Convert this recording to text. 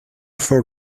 for